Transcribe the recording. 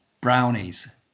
brownies